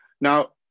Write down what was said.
Now